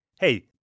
Hey